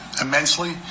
immensely